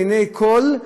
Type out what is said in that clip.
לעיני כול,